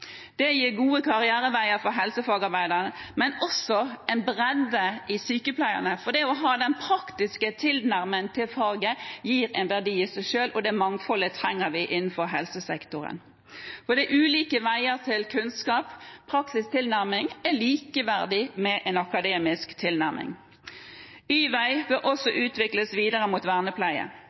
Det gir gode karriereveier for helsefagarbeidere, men også bredde blant sykepleierne, for det å ha den praktiske tilnærmingen til faget er en verdi i seg selv, og det mangfoldet trenger vi innenfor helsesektoren. Det er ulike veier til kunnskap. Praktisk tilnærming er likeverdig med en akademisk tilnærming. Y-veien bør også utvikles videre mot vernepleie.